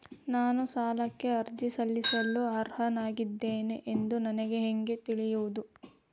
ನಾನು ಸಾಲಕ್ಕೆ ಅರ್ಜಿ ಸಲ್ಲಿಸಲು ಅರ್ಹನಾಗಿದ್ದೇನೆ ಎಂದು ನನಗೆ ಹೇಗೆ ತಿಳಿಯುವುದು?